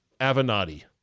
Avenatti